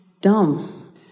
Dumb